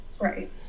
right